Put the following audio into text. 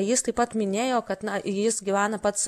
jis taip pat minėjo kad na jis gyvena pats